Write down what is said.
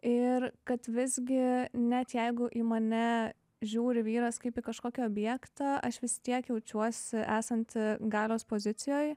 ir kad visgi net jeigu į mane žiūri vyras kaip į kažkokį objektą aš vis tiek jaučiuosi esanti galios pozicijoj